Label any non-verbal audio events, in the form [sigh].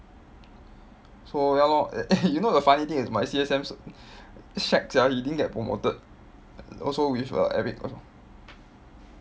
so ya lor [laughs] you know the funny thing is my C_S_Ms shag sia he didn't get promoted also with err eric